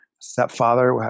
stepfather